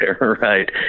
Right